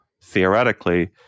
theoretically